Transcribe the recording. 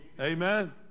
Amen